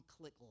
click